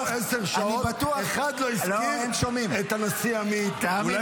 הם דיברו עשר שעות, אחד לא הזכיר את הנשיא עמית.